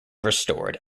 restored